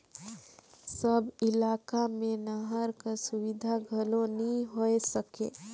सब इलाका मे नहर कर सुबिधा घलो नी होए सके